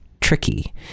tricky